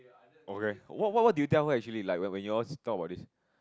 okay what what what did you tell her actually like when when you all talk about this